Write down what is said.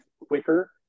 quicker